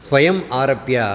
स्वयम् आरभ्य